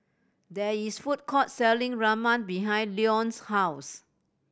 there is food court selling Ramen behind Leon's house